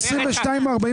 אורלי,